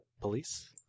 police